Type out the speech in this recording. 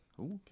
okay